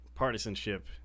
Partisanship